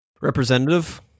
Representative